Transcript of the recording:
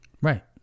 Right